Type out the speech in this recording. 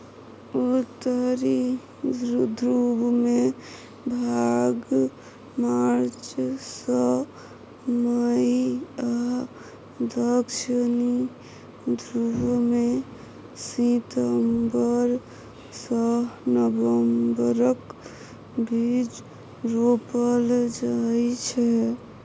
उत्तरी ध्रुबमे भांग मार्च सँ मई आ दक्षिणी ध्रुबमे सितंबर सँ नबंबरक बीच रोपल जाइ छै